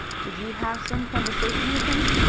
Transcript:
did you have some conversation with him?